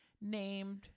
named